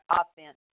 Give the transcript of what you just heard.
offense